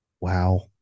Wow